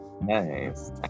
Nice